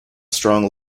strong